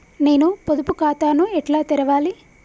నేను పొదుపు ఖాతాను ఎట్లా తెరవాలి?